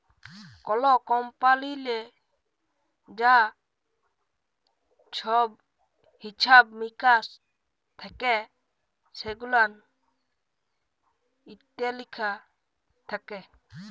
call কমপালিললে যা ছহব হিছাব মিকাস থ্যাকে সেগুলান ইত্যে লিখা থ্যাকে